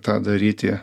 tą daryti